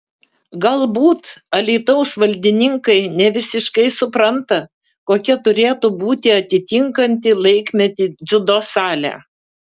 galbūt alytaus valdininkai ne visiškai supranta kokia turėtų būti atitinkanti laikmetį dziudo salė